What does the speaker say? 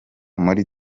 muri